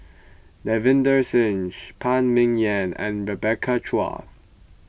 Davinder Singh Phan Ming Yen and Rebecca Chua